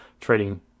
trading